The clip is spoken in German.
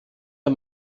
der